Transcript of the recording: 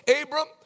Abram